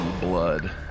blood